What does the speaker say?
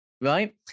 Right